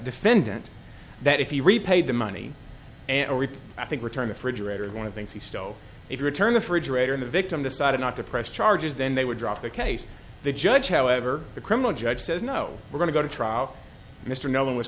defendant that if you repaid the money and i think return the fridge rater one of things he stole it returned the fridge rater in the victim decided not to press charges then they would drop the case the judge however the criminal judge says no we're going to go to trial mr nolan was